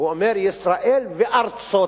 הוא אומר: ישראל וארצות-הברית.